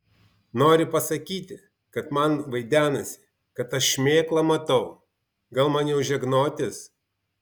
nori pasakyti kad man vaidenasi kad aš šmėklą matau gal man jau žegnotis